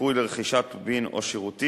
זיכוי לרכישת טובין או שירותים